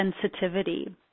sensitivity